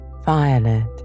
violet